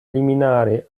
eliminare